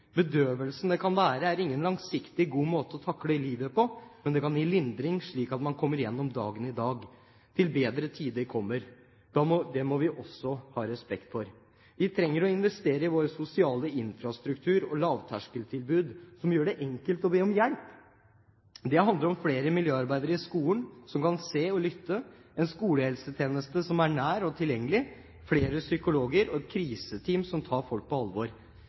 Bedøvelsen det kan være, er ingen langsiktig god måte å takle livet på, men det kan gi lindring, slik at man kommer igjennom dagen i dag, til bedre tider kommer. Det må vi også ha respekt for. Vi trenger å investere i vår sosiale infrastruktur og våre lavterskeltilbud, som vil gjøre det enkelt å be om hjelp. Det handler om flere miljøarbeidere i skolen som kan se og lytte, en skolehelsetjeneste som er nær og tilgjengelig, flere psykologer og et kriseteam som tar folk på alvor.